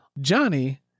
Johnny